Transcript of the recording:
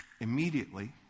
immediately